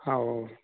ആ ഓ